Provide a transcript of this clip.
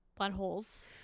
buttholes